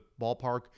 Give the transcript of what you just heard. ballpark